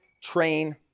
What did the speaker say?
train